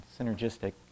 synergistic